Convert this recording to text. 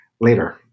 later